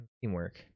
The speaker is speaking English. Teamwork